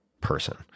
person